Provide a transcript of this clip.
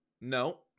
No